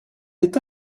est